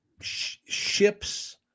ships